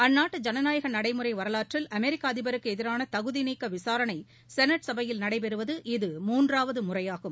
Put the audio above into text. அந்நாட்டு ஜனநாயக நடைமுறை வரலாற்றில் அமெரிக்க அதிபருக்கு எதிரான தகுதிநீக்க விசாரணை செனட் சபையில் நடைபெறுவது இது மூன்றாவது முறையாகும்